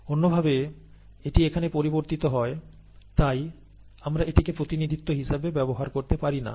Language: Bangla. অন্যভাবে এটি এখানে পরিবর্তিত হয় তাই আমরা এটিকে প্রতিনিধিত্ব হিসেবে ব্যবহার করতে পারিনা